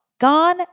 Gone